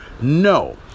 no